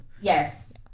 Yes